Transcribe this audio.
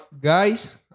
guys